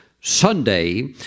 Sunday